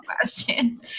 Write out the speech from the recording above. question